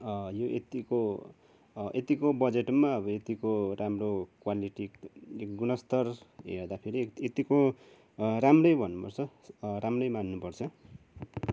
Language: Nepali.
यो यत्तिको यत्तिको बजेटमा अब यतिको राम्रो क्वालिटी गुणस्तर हेर्दा फेरि यत्तिको राम्रै भन्नु पर्छ राम्रै मान्नु पर्छ